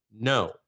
No